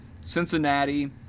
Cincinnati